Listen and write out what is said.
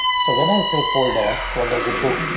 so when i say folder, what does it do?